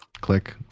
click